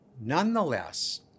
Nonetheless